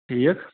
ٹھیٖک